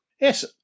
Yes